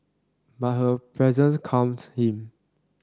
but her presence calmed him